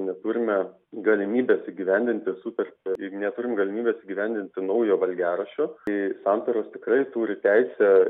neturime galimybės įgyvendinti sutartį neturim galimybės įgyvendinti naujo valgiaraščio kai santaros tikrai turi teisę